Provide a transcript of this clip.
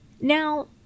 now